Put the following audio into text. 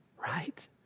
right